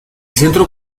centro